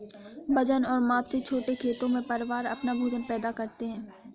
वजन और माप से छोटे खेतों में, परिवार अपना भोजन पैदा करते है